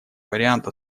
вариант